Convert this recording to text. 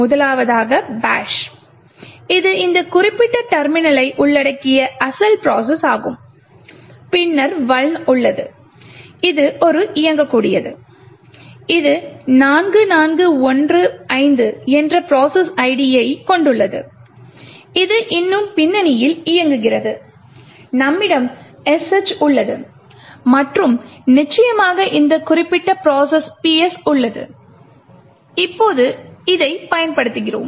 முதலாவதாக பாஷ் இது இந்த குறிப்பிட்ட டெர்மினலை உள்ளடக்கிய அசல் ப்ரோசஸ் ஆகும் பின்னர் vuln உள்ளது இது இயங்கக்கூடியது இது 4415 என்ற ப்ரோசஸ் ஐடியைக் கொண்டுள்ளது அது இன்னும் பின்னணியில் இயங்குகிறது நம்மிடம் sh உள்ளது மற்றும் நிச்சயமாக இந்த குறிப்பிட்ட ப்ரோசஸ் ps உள்ளது இப்போது இதை பயன்படுத்துகிறோம்